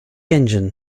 engine